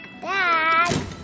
Dad